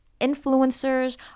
influencers